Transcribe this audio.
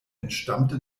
entstammte